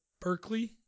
berkeley